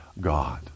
god